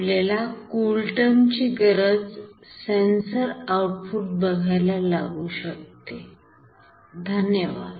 आपल्याला CoolTerm ची गरज sensor output बघायला लागू शकते धन्यवाद